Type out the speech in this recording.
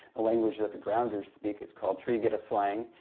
the language that the grounders speak, it's called trigedasleng.